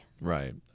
right